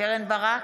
קרן ברק,